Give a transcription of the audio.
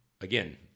again